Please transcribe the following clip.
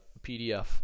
PDF